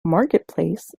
marketplace